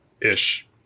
ish